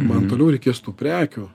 man toliau reikės tų prekių